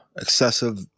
excessive